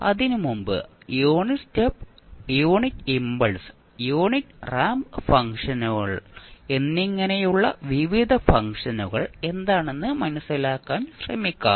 അതിനുമുമ്പ് unit step unit impulse unit ramp ഫംഗ്ഷനുകൾ എന്നിങ്ങനെയുള്ള വിവിധ ഫംഗ്ഷനുകൾ എന്താണെന്ന് മനസിലാക്കാൻ ശ്രമിക്കാം